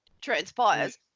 transpires